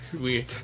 weird